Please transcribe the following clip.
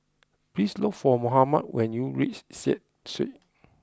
please look for Mohamed when you reach Seah Street